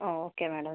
ആ okay madam